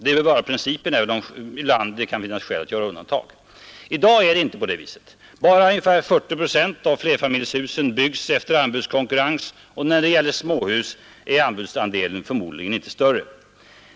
Det bör vara principen, även om det ibland kan finnas skäl att göra undantag. I dag är det inte på det viset. Bara ungefär 40 procent av flerfamiljshusen byggs efter anbudskonkurrens, och när det gäller småhus är anbudsdelen förmodligen inte större.